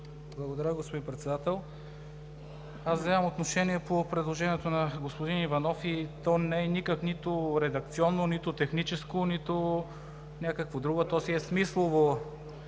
Благодаря, господин Председател! Аз взимам отношение по предложението на господин Иванов и то не е нито редакционно, нито техническо, нито някакво друго, а то си е смислово